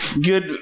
good